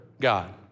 God